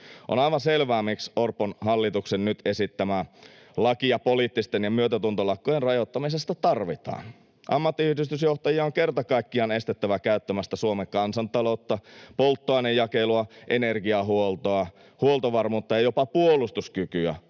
On aivan selvää, miksi Orpon hallituksen nyt esittämää lakia poliittisten ja myötätuntolakkojen rajoittamisesta tarvitaan. Ammattiyhdistysjohtajia on kerta kaikkiaan estettävä käyttämästä Suomen kansantaloutta, polttoainejakelua, energiahuoltoa, huoltovarmuutta ja jopa puolustuskykyä